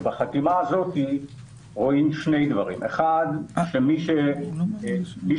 ובחתימה הזאת רואים שני דברים: מי ששוחח